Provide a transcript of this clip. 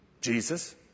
Jesus